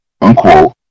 unquote